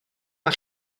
mae